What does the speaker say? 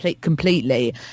completely